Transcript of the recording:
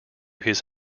his